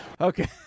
Okay